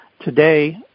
Today